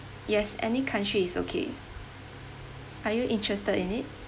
yes any country is okay are you interested in it